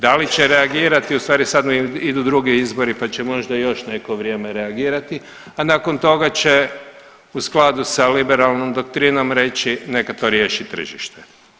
Da li će reagirati, ustvari sad im idu drugi izbori pa će možda još neko vrijeme reagirati, a nakon toga će u skladu sa liberalnom doktrinom reći neka to riješi tržište.